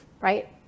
right